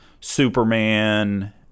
Superman